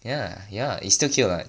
ya ya you still cute [what]